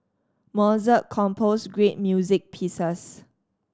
Mozart composed great music pieces